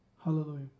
Hallelujah